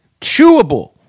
Chewable